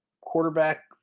quarterback